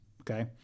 okay